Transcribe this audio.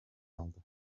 aldı